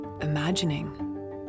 imagining